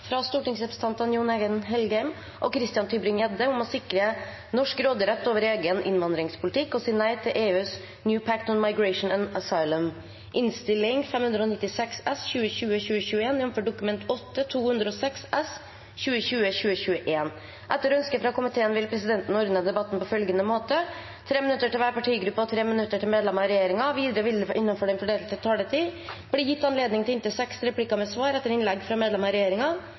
fra kommunal- og forvaltningskomiteen vil presidenten ordne debatten på følgende måte: 3 minutter til hver partigruppe og 3 minutter til medlemmer av regjeringen. Videre vil det – innenfor den fordelte taletid – bli gitt anledning til inntil seks replikker med svar etter innlegg fra medlemmer av